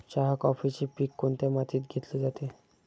चहा, कॉफीचे पीक कोणत्या मातीत घेतले जाते?